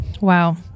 Wow